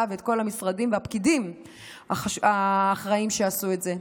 ואת כל המשרדים והפקידים האחראים שעשו את זה.